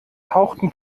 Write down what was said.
tauchten